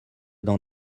dans